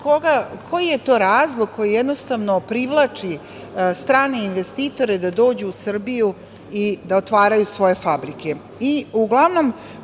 koji je to razlog koji privlači strane investitore da dođu u Srbiju i da otvaraju svoje fabrike?